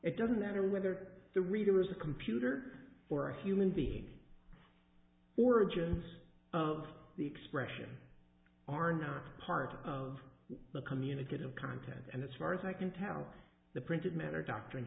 it doesn't matter whether the reader is a computer or a human being origins of the expression are not part of the communicative content and as far as i can tell the printed matter doctrin